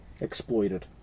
Exploited